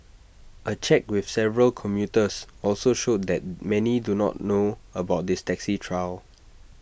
A check with several commuters also showed that many do not know about this taxi trial